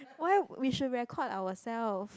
why we should record ourselves